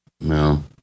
No